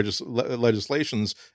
legislations